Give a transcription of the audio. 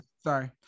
sorry